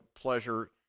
pleasure